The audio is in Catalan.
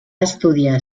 estudiar